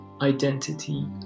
identity